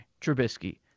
Trubisky